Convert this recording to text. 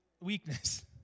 weakness